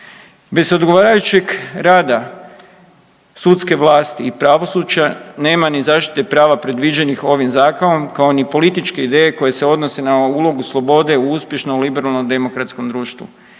Bez odgovarajućeg rada sudske vlasti i pravosuđa nema ni zaštite prava predviđenih ovim zakonom, kao ni političke ideje koje se odnose na ulogu slobode u uspješnom liberalnom demokratskom društvu.